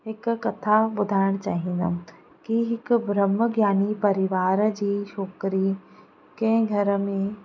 हिकु कथा ॿुधाइण चाहींदमि की हिकु भ्रम ज्ञानी परिवार जी छोकिरी कंहिं घर में